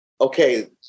okay